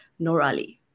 norali